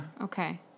Okay